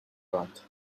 got